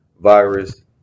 virus